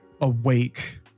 awake